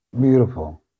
Beautiful